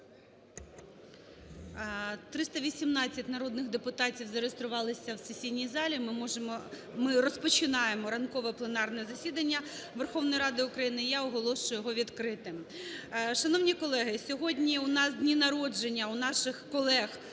318 народних депутатів зареєструвались в сесійній залі. Ми можемо, ми розпочинаємо ранкове пленарне засідання Верховної Ради України, я оголошую його відкритим. Шановні колеги, сьогодні у нас дні народження у наших колег